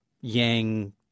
yang